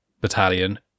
battalion